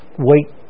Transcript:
wait